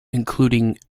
including